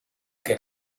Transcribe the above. que